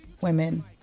women